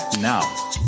Now